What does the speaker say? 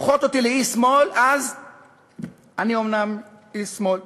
הופכות אותי לאיש שמאל, אז אני אומנם איש שמאל.